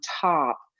top